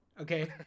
Okay